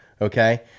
Okay